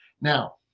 Now